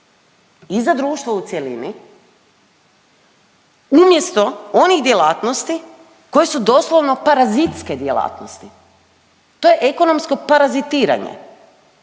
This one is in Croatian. i za društvo u cjelini umjesto onih djelatnosti koje su doslovno parazitske djelatnosti. To je ekonomsko parazitiranje